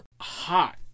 hot